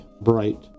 bright